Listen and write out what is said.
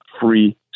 free